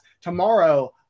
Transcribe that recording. Tomorrow